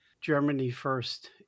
Germany-first